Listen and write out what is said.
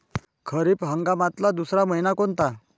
खरीप हंगामातला दुसरा मइना कोनता?